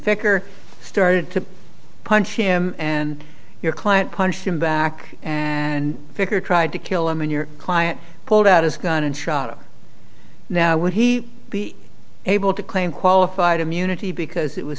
thicker started to punch him and your client punched him back and figure tried to kill him in your client pulled out his gun and shot him now would he be able to claim qualified immunity because it was